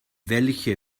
welche